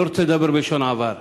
אני לא רוצה לדבר בלשון עבר,